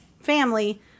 family